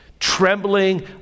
Trembling